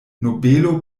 nobelo